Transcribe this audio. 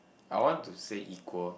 I want to say equal